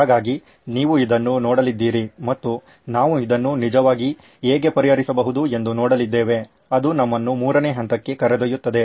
ಹಾಗಾಗಿ ನೀವು ಇದನ್ನು ನೋಡಲಿದ್ದೀರಿ ಮತ್ತು ನಾವು ಇದನ್ನು ನಿಜವಾಗಿ ಹೇಗೆ ಪರಿಹರಿಸಬಹುದೆಂದು ನೋಡಲಿದ್ದೇವೆ ಅದು ನಮ್ಮನ್ನು ಮೂರನೇ ಹಂತಕ್ಕೆ ಕರೆದೊಯ್ಯುತ್ತದೆ